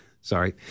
Sorry